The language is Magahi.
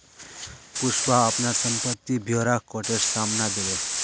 पुष्पा अपनार संपत्ति ब्योरा कोटेर साम न दिले